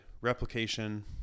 replication